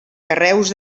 carreus